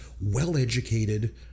well-educated